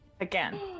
Again